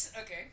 Okay